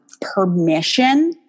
permission